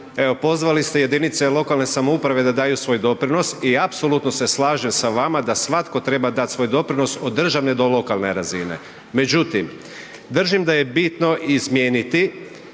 pozvali ste jedinice lokalne samouprave da daju svoj doprinos i apsolutno se slažem sa vama da svatko treba dati svoj doprinos od državne do lokalne razine. Međutim, držim da je bitno izmijeniti